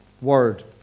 word